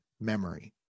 memory